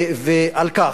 על כך,